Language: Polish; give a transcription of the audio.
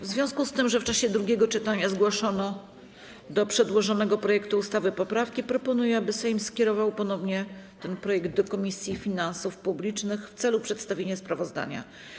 W związku z tym, że w czasie drugiego czytania zgłoszono do przedłożonego projektu ustawy poprawki, proponuję, aby Sejm skierował ponownie ten projekt do Komisji Finansów Publicznych w celu przedstawienia sprawozdania.